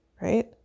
Right